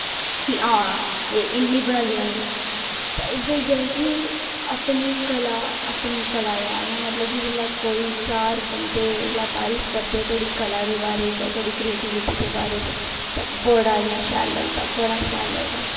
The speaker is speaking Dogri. कि हां इ'न्ने बना दी होन्नी ते उ'ऐ कि अपनी कला ऐ मतलब कि इ'यां कोई चार बंदे जिसलै तरीफ करदे तोआड़ी कला दे बारे च तोआड़ी करियेटीबिटी दे बारे च ते बड़ा इ'यां शैल लगदा बड़ा शैल लगदा